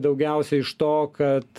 daugiausiai iš to kad